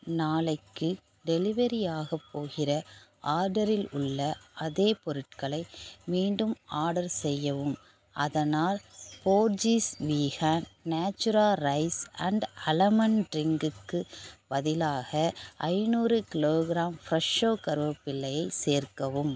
நாளைக்கு டெலிவரியாகப் போகிற ஆர்டரில் உள்ள அதே பொருட்களை மீண்டும் ஆர்டர் செய்யவும் அதனால் Borges vegan natura rice and almond ட்ரின்க்குக்கு பதிலாக ஐநூறு கிலோகிராம் ஃப்ரெஷோ கறிவேப்பிலையை சேர்க்கவும்